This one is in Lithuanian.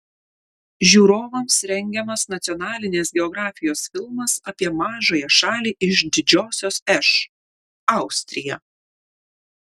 žiūrovams rengiamas nacionalinės geografijos filmas apie mažąją šalį iš didžiosios š austriją